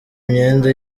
imyenda